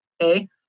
okay